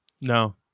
No